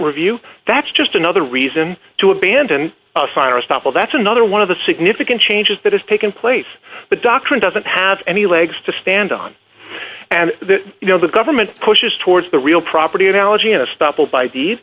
review that's just another reason to abandon a sign or a stop well that's another one of the significant changes that has taken place the doctrine doesn't have any legs to stand on and you know the government pushes towards the real property analogy in a st